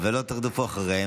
נעבור לסעיף הבא בסדר-היום,